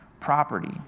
Property